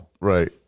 Right